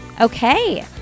Okay